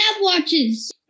watches